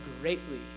greatly